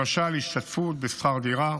למשל, השתתפות בשכר דירה,